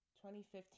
2015